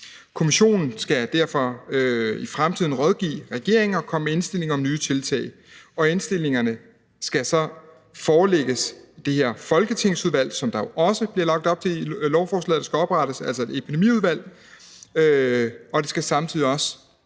Kommissionen skal derfor i fremtiden rådgive regeringen og komme med indstillinger om nye tiltag, og indstillingerne skal så forelægges et folketingsudvalg, som der også i lovforslaget bliver lagt op til skal oprettes, altså et epidemiudvalg, og det skal samtidig også